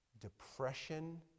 depression